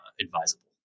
advisable